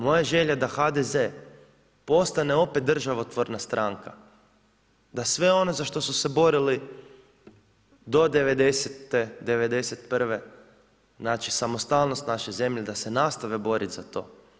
Moja je želja da HDZ-e postane opet državotvorna stranka, da sve ono za što su se borili do 90., 91. znači samostalnost naše zemlje da se nastave boriti za to.